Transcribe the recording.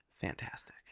Fantastic